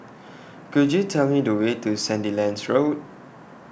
Could YOU Tell Me The Way to Sandilands Road